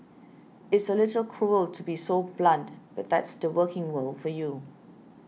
it's a little cruel to be so blunt but that's the working world for you